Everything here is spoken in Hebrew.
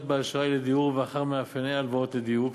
באשראי לדיור ואחר מאפייני ההלוואות לדיור,